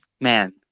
man